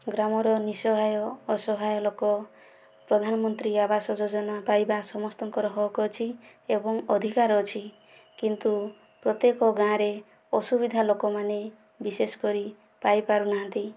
ଗ୍ରାମର ନିଃସହାୟ ଅସହାୟ ଲୋକ ପ୍ରଧାନମନ୍ତ୍ରୀ ଆବାସ ଯୋଜନା ପାଇବା ସମସ୍ତଙ୍କର ହକ ଅଛି ଏବଂ ଅଧିକାର ଅଛି କିନ୍ତୁ ପ୍ରତ୍ୟେକ ଗାଁରେ ଅସୁବିଧା ଲୋକମାନେ ବିଶେଷ କରି ପାଇପାରୁନାହାନ୍ତି